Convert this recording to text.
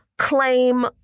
claim